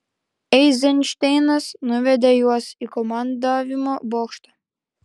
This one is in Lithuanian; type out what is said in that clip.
eizenšteinas nuvedė juos į komandavimo bokštą